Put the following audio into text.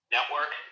Network